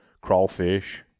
crawfish